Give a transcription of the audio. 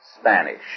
Spanish